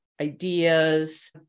ideas